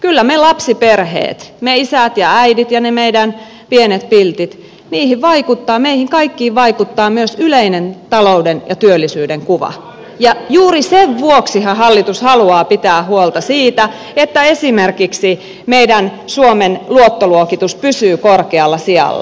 kyllä meihin lapsiperheisiin meihin isiin ja äiteihin ja niihin meidän pieniin piltteihimme vaikuttaa meihin kaikkiin vaikuttaa myös yleinen talouden ja työllisyyden kuva ja juuri sen vuoksihan hallitus haluaa pitää huolta siitä että esimerkiksi meidän suomen luottoluokitus pysyy korkealla sijalla